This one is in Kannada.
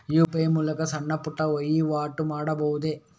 ಯು.ಪಿ.ಐ ಮೂಲಕ ಸಣ್ಣ ಪುಟ್ಟ ವಹಿವಾಟು ಮಾಡಬಹುದೇ?